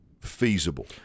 feasible